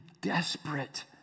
desperate